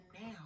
now